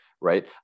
right